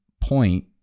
point